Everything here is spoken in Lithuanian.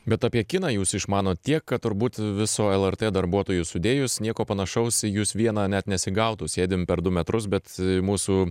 bet apie kiną jūs išmanot tiek kad turbūt viso lrt darbuotojų sudėjus nieko panašaus į jus vieną net nesigautų sėdim per du metrus bet mūsų